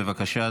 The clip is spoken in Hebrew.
בבקשה,